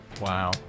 Wow